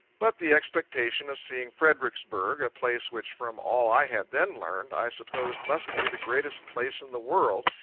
but the expectation of seeing fredericksburg, a place which, from all i had then learned, i supposed must be the greatest place in the world,